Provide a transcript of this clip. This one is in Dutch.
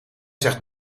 zegt